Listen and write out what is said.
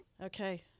Okay